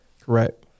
Correct